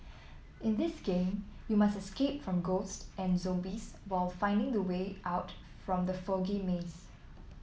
in this game you must escape from ghosts and zombies while finding the way out from the foggy maze